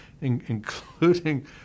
including